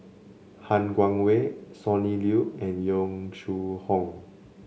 Han Guangwei Sonny Liew and Yong Shu Hoong